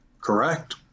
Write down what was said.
Correct